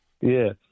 Yes